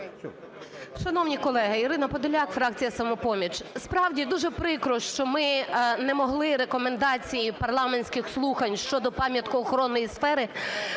Шановні колеги! Ірина Подоляк, фракція "Самопоміч". Справді, дуже прикро, що ми не могли рекомендації парламентських слухань щодо пам'ятко-охоронної сфери